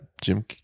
Jim